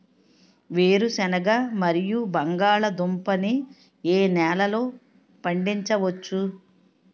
వేరుసెనగ మరియు బంగాళదుంప ని ఏ నెలలో పండించ వచ్చు?